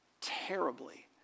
terribly